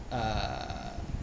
uh